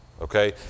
okay